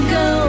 go